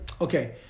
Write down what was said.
Okay